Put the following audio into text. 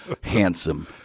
handsome